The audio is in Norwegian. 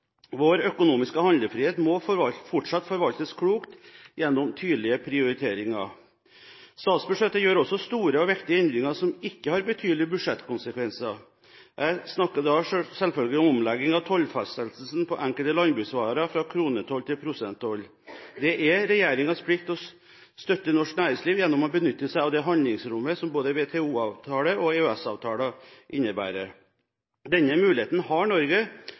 Vår økonomiske handlefrihet må fortsatt forvaltes klokt, gjennom tydelige prioriteringer. Statsbudsjettet gjør også store og viktige endringer som ikke har betydelige budsjettkonsekvenser. Jeg snakker selvfølgelig om omlegging av tollfastsettelsen på enkelte landbruksvarer fra kronetoll til prosenttoll. Det er regjeringens plikt å støtte norsk næringsliv gjennom å benytte seg av det handlingsrommet som både WTO-avtalen og EØS-avtalen innebærer. Denne muligheten har Norge